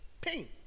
pain